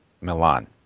Milan